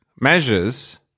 measures